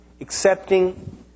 accepting